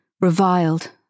reviled